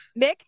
Mick